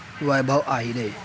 Vaibhav آہرے